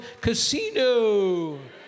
Casino